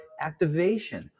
activation